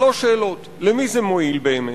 שלוש שאלות: למי זה מועיל באמת?